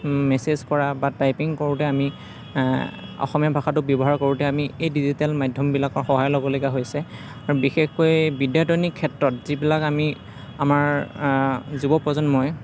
message কৰা বা typing কৰোঁতে আমি অসমীয়া ভাষাটো ব্যৱহাৰ কৰোঁতে আমি এই ডিজিটেল মাধ্যমবিলাকৰ সহায় ল'ব লগা হৈছে বিশেষকৈ বিদ্যায়তনিক ক্ষেত্ৰত যিবিলাক আমি আমাৰ যুৱ প্ৰজন্মই